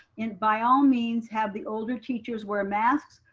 and by all means, have the older teachers wear masks.